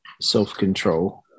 self-control